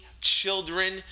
children